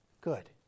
good